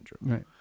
Right